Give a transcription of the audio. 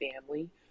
family